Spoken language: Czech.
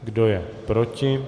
Kdo je proti?